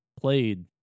played